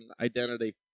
identity